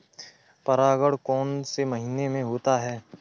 परागण कौन से महीने में होता है?